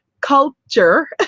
culture